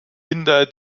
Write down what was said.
hinter